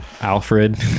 Alfred